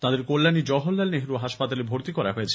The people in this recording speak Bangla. তাদের কল্যাণীর জওহরলাল নেহরু হাসপাতালে ভর্তি করা হয়েছে